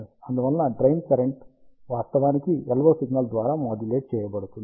అందువల్ల drain current వాస్తవానికి LO signal ద్వారా మాడ్యులేట్ చేయబడుతుంది